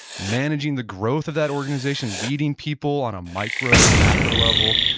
managing the growth of that organization, leading people on a micro and macro level.